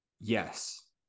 Yes